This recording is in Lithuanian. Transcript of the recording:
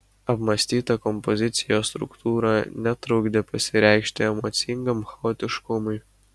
apmąstyta kompozicijos struktūra netrukdė pasireikšti emocingam chaotiškumui